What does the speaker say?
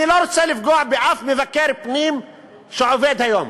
אני לא רוצה לפגוע באף מבקר פנים שעובד היום,